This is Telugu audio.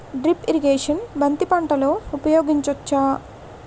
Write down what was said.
డ్రిప్ ఇరిగేషన్ బంతి పంటలో ఊపయోగించచ్చ?